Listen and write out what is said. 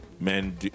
men